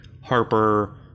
Harper